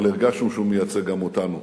אבל הרגשנו שהוא מייצג גם אותנו